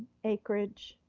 acreage,